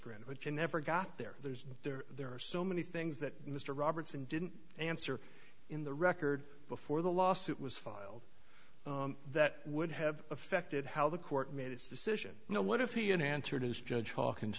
you never got there there's there there are so many things that mr robertson didn't answer in the record before the lawsuit was filed that would have affected how the court made its decision you know what if he answered as judge hawk